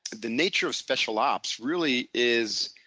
the nature of special ops really is,